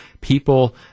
People